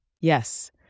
Yes